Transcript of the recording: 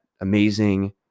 amazing